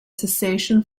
secession